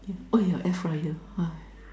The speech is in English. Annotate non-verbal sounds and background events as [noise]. ya oh yeah air fryer [noise]